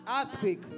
Earthquake